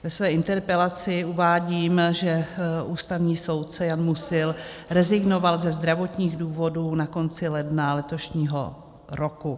Ve své interpelaci uvádím, že ústavní soudce Jan Musil rezignoval ze zdravotních důvodů na konci ledna letošního roku.